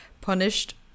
punished